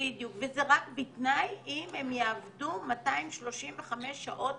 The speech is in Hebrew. בדיוק, וזה רק בתנאי שהם יעבדו 235 שעות